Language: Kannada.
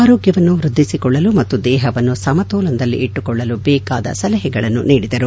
ಆರೋಗ್ಯವನ್ನು ವೃದ್ಧಿಸಿಕೊಳ್ಳಲು ಮತ್ತು ದೇಹವನ್ನು ಸಮತೋಲನದಲ್ಲಿಟ್ಟುಕೊಳ್ಳಲು ಬೇಕಾದ ಸಲಹೆಗಳನ್ನು ನೀಡಿದರು